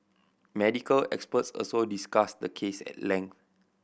medical experts also discussed the case at length